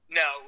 no